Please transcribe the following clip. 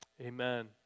Amen